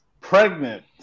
pregnant